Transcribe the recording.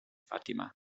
fatima